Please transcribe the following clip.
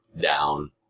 down